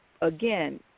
again